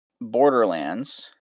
Borderlands